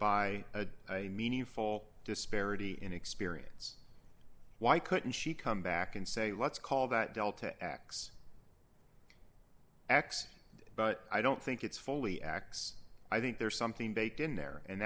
by a meaningful disparity in experience why couldn't she come back and say let's call that delta x x but i don't think it's fully x i think there's something baked in there and